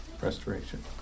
Restoration